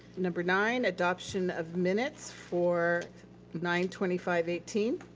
number nine, adoption of minutes for nine twenty five eighteen.